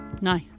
No